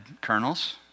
kernels